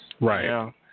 Right